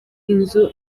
inzu